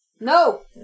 No